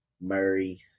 Murray